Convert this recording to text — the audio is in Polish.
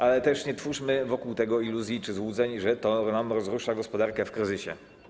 Ale też nie twórzmy wokół tego iluzji czy złudzeń, że to nam rozrusza gospodarkę w kryzysie.